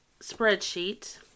spreadsheet